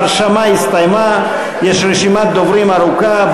יש רשימת דוברים ארוכה,